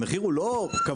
המחיר הוא לא קבוע.